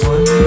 One